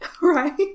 Right